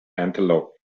antelope